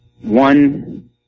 one